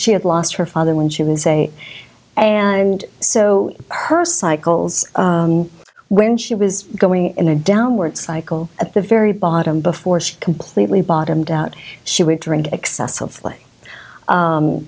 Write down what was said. she had lost her father when she was a and so her cycles when she was going in a downward cycle at the very bottom before she completely bottomed out she would drink excessively